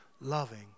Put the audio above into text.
loving